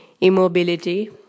immobility